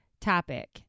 topic